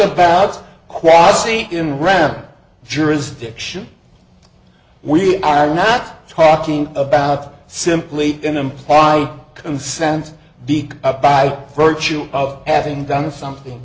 about quasi in ram jurisdiction we are not talking about simply an implied consent beat up by virtue of having done something